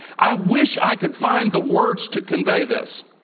i wish i could find the words to convey this.